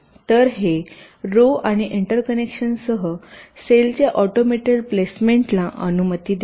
तर हे रो आणि एंटरकनेक्शनसह सेलच्या ऑटोमेटेड प्लेसमेंटला अनुमती देते